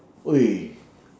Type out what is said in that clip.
!oi!